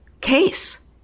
case